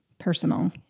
personal